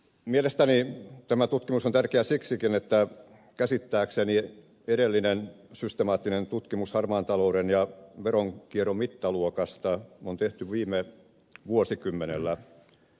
mielestäni tämä tutkimus on tärkeää siksikin että käsittääkseni edellinen systemaattinen tutkimus harmaan talouden ja veronkierron mittaluokasta on tehty viime vuosikymmenellä